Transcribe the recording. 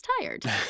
tired